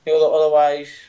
Otherwise